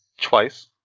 Twice